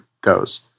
goes